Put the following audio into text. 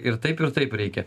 ir taip ir taip reikia